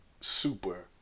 super